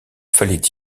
fallait